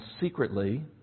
secretly